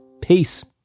peace